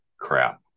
crap